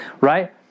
Right